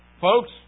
folks